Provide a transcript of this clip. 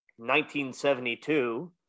1972